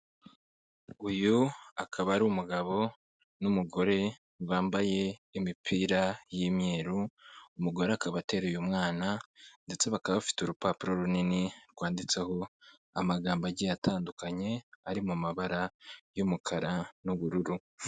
Uyu akaba ari umugabo n'umugore bambaye imipira y'imyeru, umugore akaba atera umwana ndetse bakaba bafite urupapuro runini rwanditseho amagambo agiye atandukanye, ari mu mabara y'umukara n'ubururu.